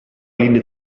línia